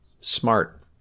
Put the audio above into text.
smart